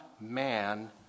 man